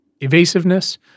evasiveness